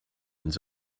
ends